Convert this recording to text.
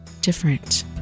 Different